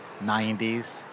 90s